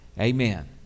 Amen